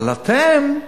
אבל אתם,